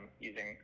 using